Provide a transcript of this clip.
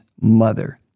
mother